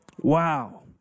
Wow